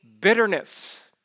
bitterness